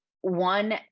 one